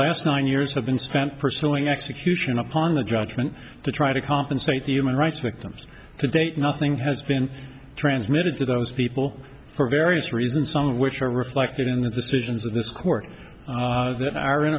last nine years have been spent pursuing execution upon a judgment to try to compensate the human rights victims to date nothing has been transmitted to those people for various reasons some of which are reflected in the decisions of this court that our in